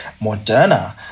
Moderna